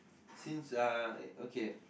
since uh okay